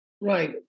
Right